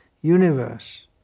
universe